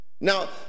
Now